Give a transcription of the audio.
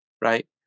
right